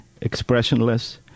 expressionless